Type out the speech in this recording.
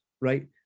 right